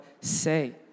say